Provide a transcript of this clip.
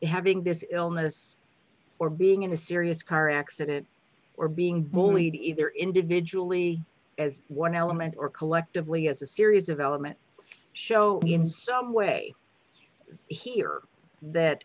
having this illness or being in a serious car accident or being bullied either individually or as one element or collectively as a serious development show you some way here that